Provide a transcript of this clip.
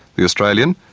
the australian,